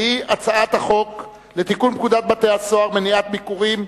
והיא הצעת החוק לתיקון פקודת בתי-הסוהר (מניעת ביקורים),